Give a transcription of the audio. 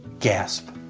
gasp.